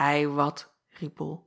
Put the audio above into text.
i wat riep ol